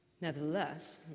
nevertheless